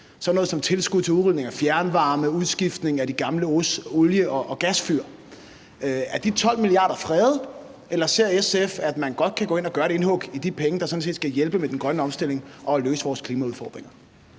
sådan noget som tilskud til udrulning af fjernvarme og udskiftning af de gamle oliefyr og gasfyr. Er de 12 mia. kr. fredet, eller ser SF, at man godt kan gå ind og gøre et indhug i de penge, der sådan set skal hjælpe med den grønne omstilling og løse vores klimaudfordringer?